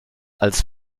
als